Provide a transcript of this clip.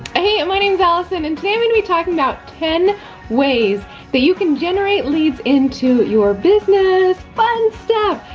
hey, my name's alison, and today, i'm gonna be talking about ten ways that you can generate leads into your business. fun stuff!